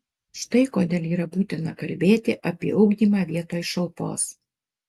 štai kodėl yra būtina kalbėti apie ugdymą vietoj šalpos